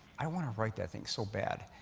i want to write this thing so bad.